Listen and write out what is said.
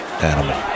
animal